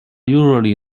usually